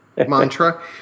mantra